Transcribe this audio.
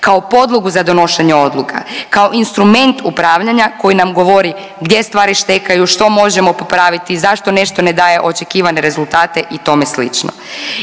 kao podlogu za donošenje odluka, kao instrument upravljanja koji nam govori gdje stvari štekaju, što možemo popraviti i zašto nešto ne daje očekivane rezultate i tome slično.